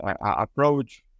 approach